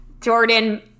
Jordan